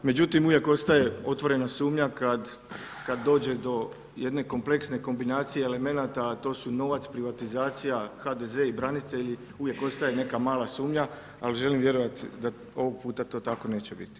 Međutim, uvijek ostaje otvorena sumnja kad dođe do jedne kompleksne kombinacije elemenata, a to su novac, privatizacija, HDZ i branitelji, uvijek ostaje neka mala sumnja, ali želim vjerovati da ovog puta to tako neće biti.